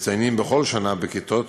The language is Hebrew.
מציינים בכל שנה בכיתות